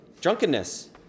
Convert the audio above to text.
Drunkenness